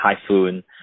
Typhoon